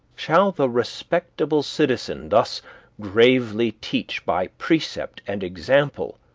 shall the respectable citizen thus gravely teach, by precept and example,